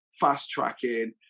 fast-tracking